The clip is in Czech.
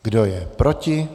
Kdo je proti?